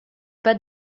pas